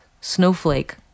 snowflake